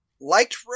liked